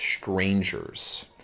strangers